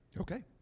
Okay